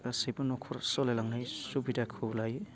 गासैबो न'खर सालायलांनाय सुबिदाखौ लायो